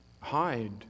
hide